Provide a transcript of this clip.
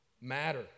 matter